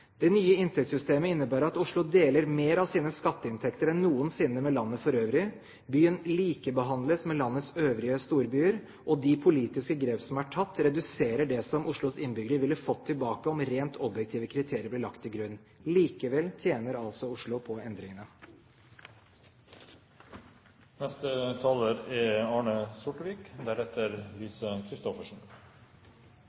Det nye inntektssystemet innebærer at Oslo deler mer av sine skatteinntekter enn noensinne med landet for øvrig. Byen likebehandles med landets øvrige storbyer, og de politiske grep som er tatt, reduserer det som Oslos innbyggere ville fått tilbake, om rent objektive kriterier ble lagt til grunn. Likevel tjener altså Oslo på endringene. Det er